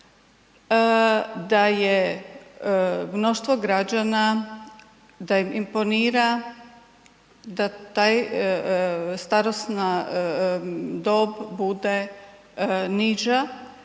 da je mnoštvo građana, da im imponira da ta starosna dob bude niža.